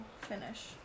finish